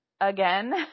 again